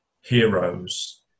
heroes